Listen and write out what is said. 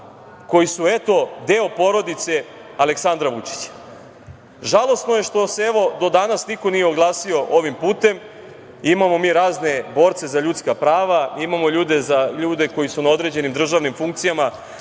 koji su, eto, deo porodice Aleksandra Vučića? Žalosno je što se, evo, do danas niko nije oglasio ovim putem. Imamo mi razne borce za ljudska prava. Imamo ljude koji su na određenim državnim funkcijama,